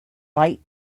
light